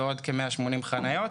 ועוד כ-180 חניות.